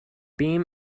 beam